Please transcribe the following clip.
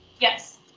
Yes